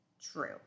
true